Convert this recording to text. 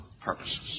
purposes